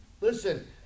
listen